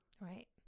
Right